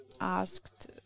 asked